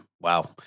Wow